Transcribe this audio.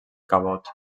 cabot